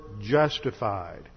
justified